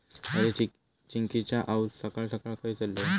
अरे, चिंकिची आऊस सकाळ सकाळ खंय चल्लं?